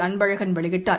அன்பழகன் வெளியிட்டார்